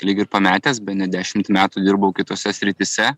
lyg ir pametęs bene dešimt metų dirbau kitose srityse